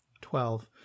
Twelve